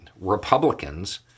Republicans